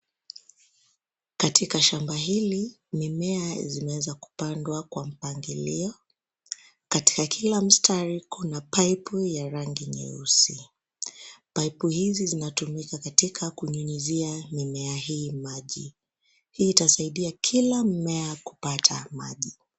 Katika shamba hili mimea zimeweza kupandwa kwa mpangilio. Kati ya kila mstari kuna pipe ya rangi nyeusi. Pipe hizi zinatumika katika kunyunyuzia mimea hii maji. Hii itasaida kila mmea kupata maji.